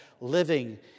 living